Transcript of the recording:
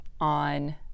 on